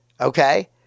Okay